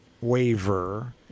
waiver